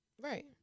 Right